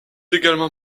également